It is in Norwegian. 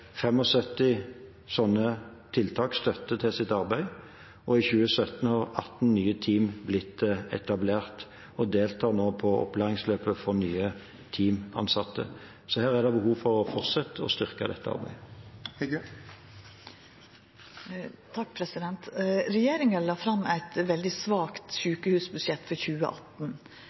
tiltak støtte til sitt arbeid, og i 2017 har 18 nye team blitt etablert og deltar nå i opplæringsløpet for nye teamansatte. Så her er det behov for å fortsette og å styrke dette arbeidet. Regjeringa la fram eit veldig svakt sjukehusbudsjett for 2018.